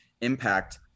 impact